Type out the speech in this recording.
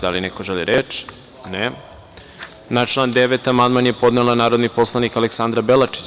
Da li neko želi reč? (Ne.) Na član 9. amandman je podnela narodni poslanik Aleksandra Belačić.